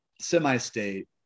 semi-state